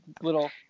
little